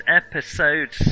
episode